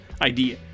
idea